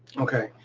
okay,